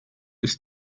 ist